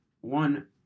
one